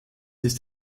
ist